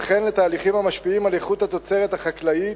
וכן לתהליכים המשפיעים על איכות התוצרת החקלאית,